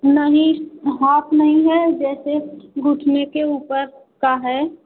नहीं वो हाफ नहीं है जैसे घुटने के ऊपर का है